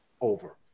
over